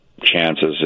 chances